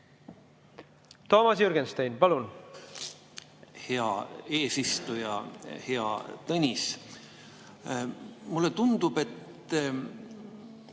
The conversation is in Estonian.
Toomas Jürgenstein, palun! Hea eesistuja! Hea Tõnis! Mulle tundub, et